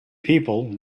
people